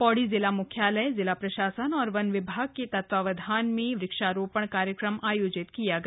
पौड़ी जिला मुख्यालय जिला प्रशासन और वन विभाग के तत्वावधान में वृक्षारोपण कार्यक्रम आयोजित किया गया